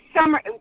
summer